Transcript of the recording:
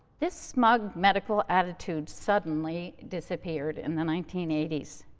this smug medical attitude suddenly disappeared in the nineteen eighty s,